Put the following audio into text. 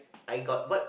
I got what